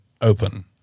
open